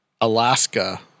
Alaska